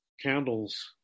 candles